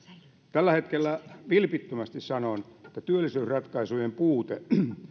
tällä hetkellä vilpittömästi sanon työllisyysratkaisujen puutteesta että